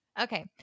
Okay